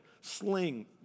sling